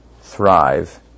thrive